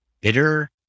bitter